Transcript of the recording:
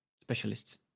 specialists